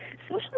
Social